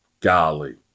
Golly